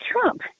Trump